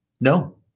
No